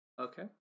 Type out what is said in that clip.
Okay